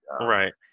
Right